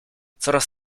coraz